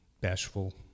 bashful